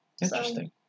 Interesting